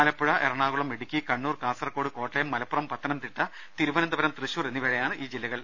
ആലപ്പുഴ എറണാകുളം ഇടുക്കി കണ്ണൂർ കാസർകോട് കോട്ടയം മലപ്പുറം പത്തനംതിട്ട തിരുവനന്തപുരം തൃശൂർ എന്നിവയാണ് ഈ ജില്ലകൾ